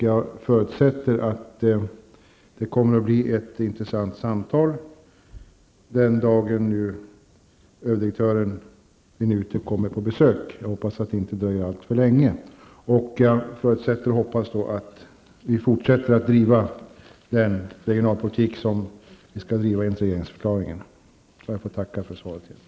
Jag förutsätter att det kommer att bli ett intressant samtal den dag när överdirektören vid NUTEK kommer på besök. Jag hoppas att det inte dröjer allt för länge. Jag förutsätter och hoppas att vi fortsätter att driva den regionalpolitik som vi skall driva enligt regeringsförklaringen. Jag får tacka för svaret igen.